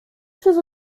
przez